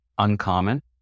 Uncommon